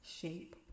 shape